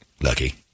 Lucky